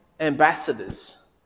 Ambassadors